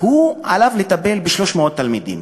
עליו לטפל ב-300 תלמידים.